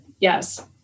Yes